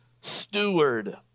steward